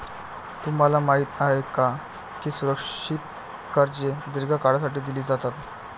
तुम्हाला माहित आहे का की सुरक्षित कर्जे दीर्घ काळासाठी दिली जातात?